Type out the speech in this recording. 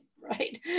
right